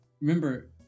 remember